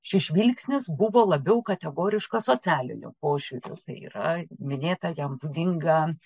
šis žvilgsnis buvo labiau kategoriškas socialiniu požiūriu tai yra minėta jam būdinga